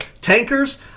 tankers